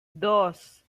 dos